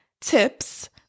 tips